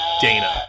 Dana